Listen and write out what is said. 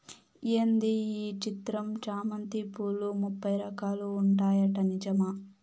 ఏంది ఈ చిత్రం చామంతి పూలు ముప్పై రకాలు ఉంటాయట నిజమా